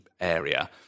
Area